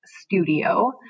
studio